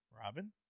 Robin